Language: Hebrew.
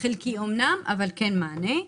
חלקי אמנם, אבל כן מענה,